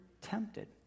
tempted